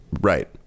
right